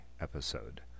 episode